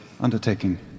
undertaking